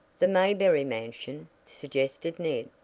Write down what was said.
the mayberry mansion? suggested ned.